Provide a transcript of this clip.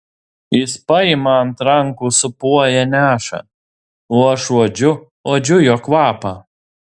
jis paima ant rankų sūpuoja neša o aš uodžiu uodžiu jo kvapą